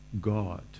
God